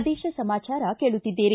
ಪ್ರದೇಶ ಸಮಾಚಾರ ಕೇಳುತ್ತಿದ್ದೀರಿ